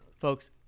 Folks